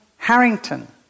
Harrington